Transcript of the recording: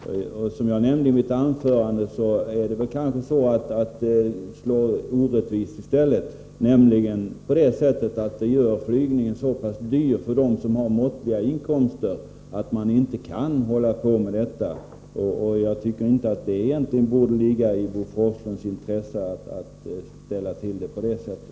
Som jag nämnde i mitt anförande slår nog skatten i stället orättvist. Den gör flygningen så dyr att de som har måttliga inkomster inte kan hålla på med denna fritidsverksamhet. Det borde inte ligga i Bo Forslunds intresse att ställa till det på det sättet.